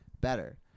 better